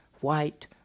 white